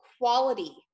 quality